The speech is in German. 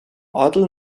adel